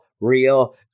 real